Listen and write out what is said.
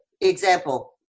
example